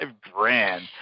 grand